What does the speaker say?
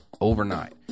overnight